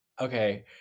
okay